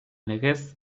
legez